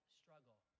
struggle